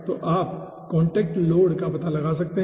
तो आप contact load का पता लगा सकते हैं